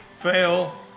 fail